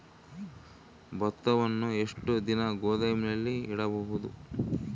ಭತ್ತವನ್ನು ಎಷ್ಟು ದಿನ ಗೋದಾಮಿನಾಗ ಇಡಬಹುದು?